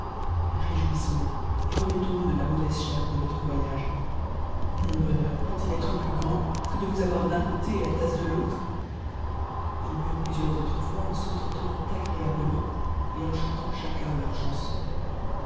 réjouissons-nous et remettons nous de la mauvaise chère de notre voyage mon bonheur peut-il être plus grand que de vous avoir d'un côté et la tasse de l'autre ils burent plusieurs autres fois en s'entretenant agréablement et en chantant chacun leur chanson